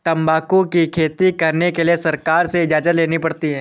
तंबाकू की खेती करने के लिए सरकार से इजाजत लेनी पड़ती है